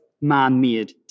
man-made